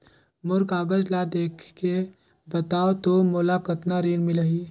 मोर कागज ला देखके बताव तो मोला कतना ऋण मिलही?